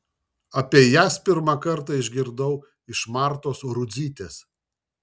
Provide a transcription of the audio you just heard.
apie jas pirmą kartą išgirdau iš martos rudzytės